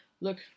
Look